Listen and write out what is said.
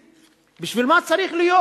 בשביל מה צריך להיות